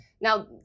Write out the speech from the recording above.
now